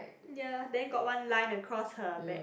ya then got one line across her back